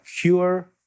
cure